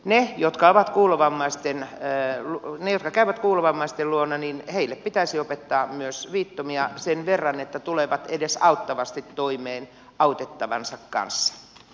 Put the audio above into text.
niille jotka käyvät kuulovammaisten luona pitäisi opettaa myös viittomia sen verran että tulevat edes auttavasti toimeen autettavansa kanssa